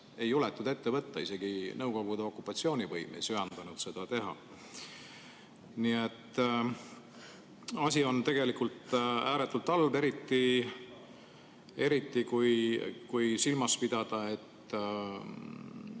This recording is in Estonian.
ei julgetud ette võtta, isegi Nõukogude okupatsioonivõim ei söandanud seda teha. Nii et asi on tegelikult ääretult halb, eriti kui silmas pidada, et